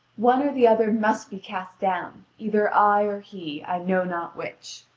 one or the other must be cast down, either i or he, i know not which.